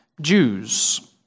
Jews